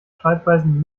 schreibweisen